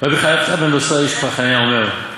"רבי חלפתא בן דוסא איש כפר-חנניה אומר,